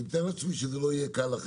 אני מתאר לעצמי שזה לא יהיה לכם קל,